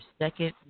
second